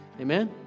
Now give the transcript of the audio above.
Amen